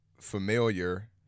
familiar